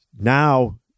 now